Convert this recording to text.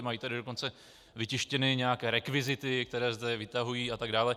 Mají tady dokonce vytištěny nějaké rekvizity, které zde vytahují atd.